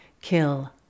Kill